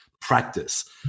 practice